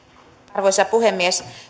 arvoisa puhemies